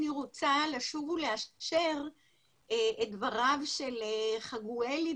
אני רוצה לשוב ולאשר את דבריו של יעקב חגואל,